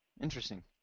Interesting